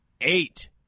eight